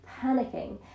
panicking